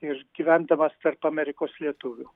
ir gyvendamas tarp amerikos lietuvių